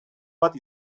bat